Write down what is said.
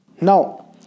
now